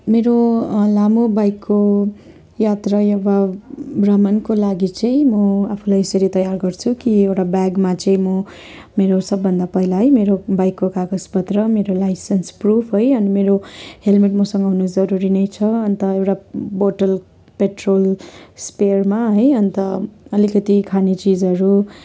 मेरो लामो बाइकको यात्रा या भ भ्रमणको लागि चाहिँ म आफूलाई यसरी तयार गर्छु कि एउटा ब्यागमा चाहिँ म मेरो सबभन्दा पहिला है मेरो बाइकको कागजपत्र मेरो लाइसेन्स प्रुफ है अनि मेरो हेल्मेट मसँग हुनु जरुरी नै छ अन्त एउटा बोतल पेट्रोल स्पेयरमा है अन्त अलिकति खाने चिजहरू